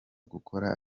gukora